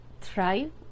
thrive